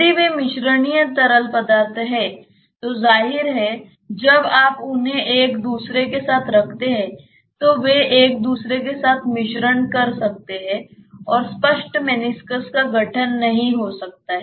यदि वे मिश्रणीय तरल पदार्थ हैं तो जाहिर है जब आप उन्हें एक दूसरे के साथ रखते हैं तो वे एक दूसरे के साथ मिश्रण कर सकते हैं और स्पष्ट मेनिस्कस का गठन नहीं हो सकता है